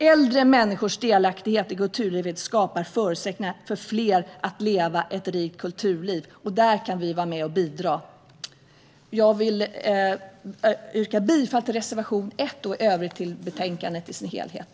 Äldre människors delaktighet i kulturlivet skapar förutsättningar för fler att leva ett rikt kulturliv. Där kan vi vara med och bidra. Jag yrkar bifall till reservation 1 och i övrigt till utskottets förslag i betänkandet.